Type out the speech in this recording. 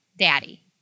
daddy